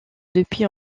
depuis